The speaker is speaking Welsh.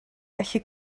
gallu